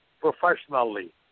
professionally